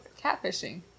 catfishing